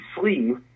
sleeve